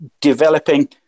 developing